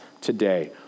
today